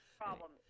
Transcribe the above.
Problem